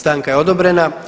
Stanka je odobrena.